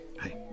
Hi